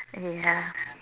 ya